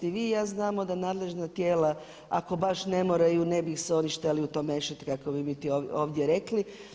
I vi i ja znamo da nadležna tijela ako baš ne moraju ne bi se oni šteli u to mešati kako bi mi ovdje rekli.